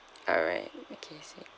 alright okay sweet